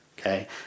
okay